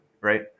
right